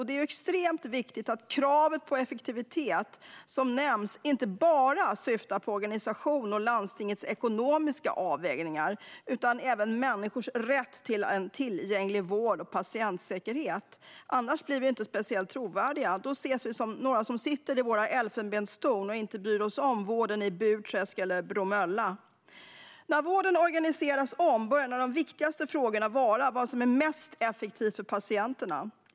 Det är extremt viktigt att kravet på effektivitet som nämns inte bara syftar på organisation och landstingets ekonomiska avvägningar utan även på människors rätt till en tillgänglig vård och patientsäkerhet. Annars blir vi inte speciellt trovärdiga. Då ses vi som om vi är några som sitter i våra elfenbenstorn och inte bryr oss om vården i Burträsk eller Bromölla. När vården organiseras om bör en av de viktigaste frågorna vara vad som är mest effektivt för patienterna.